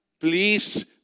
please